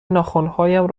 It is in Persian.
ناخنهایم